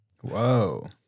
Whoa